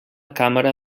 càmera